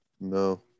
No